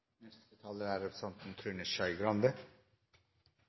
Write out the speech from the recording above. Neste taler er representanten